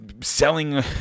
selling